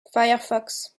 firefox